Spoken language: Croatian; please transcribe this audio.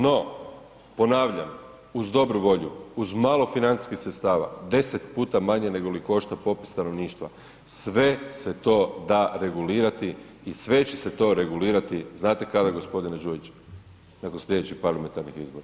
No, ponavljam uz dobru volju, uz malo financijskih sredstava deset puta manje negoli košta popis stanovništva, sve se to da regulirati i sve će se to regulirati, znate kada gospodine Đujiću, nakon sljedećih parlamentarnih izbora.